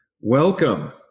welcome